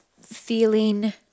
feeling